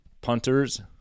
Punters